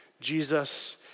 Jesus